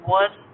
one